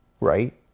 right